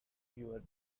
your